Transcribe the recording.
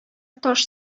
таш